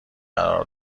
قرار